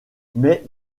mais